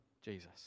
Jesus